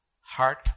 heart